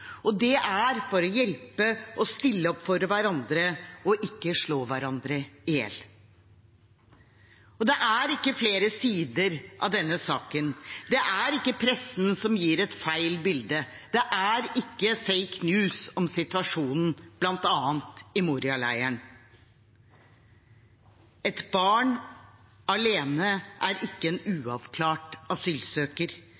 og det er for å hjelpe og stille opp for hverandre, ikke slå hverandre i hjel. Det er ikke flere sider av denne saken. Det er ikke pressen som gir et feil bilde. Det er ikke «fake news» om situasjonen i bl.a. Moria-leiren. Et barn alene er ikke en